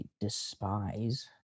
despise